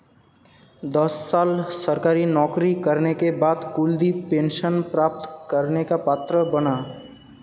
दस साल सरकारी नौकरी करने के बाद कुलदीप पेंशन प्राप्त करने का पात्र बना